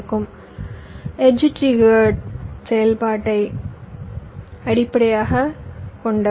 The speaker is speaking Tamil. முதலாவதாக இன்று நாம் பயன்படுத்தும் பெரும்பாலான சுற்றுகள் எட்ஜ் ட்ரிஜிகேட் செயல்பாட்டை அடிப்படையாகக் கொண்டவை